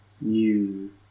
new